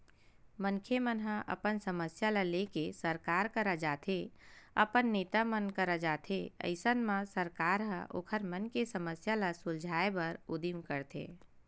मनखे मन ह अपन समस्या ल लेके सरकार करा जाथे अपन नेता मन करा जाथे अइसन म सरकार ह ओखर मन के समस्या ल सुलझाय बर उदीम करथे